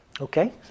Okay